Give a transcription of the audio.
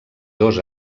dos